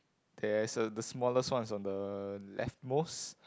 there is a the smallest one is on the left most